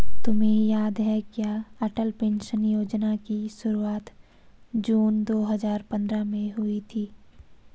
तुम्हें याद है क्या अटल पेंशन योजना की शुरुआत जून दो हजार पंद्रह में हुई थी?